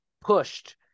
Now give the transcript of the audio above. pushed